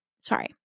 Sorry